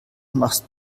machst